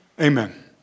Amen